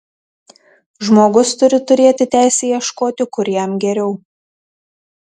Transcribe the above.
žmogus turi turėti teisę ieškoti kur jam geriau